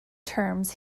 terms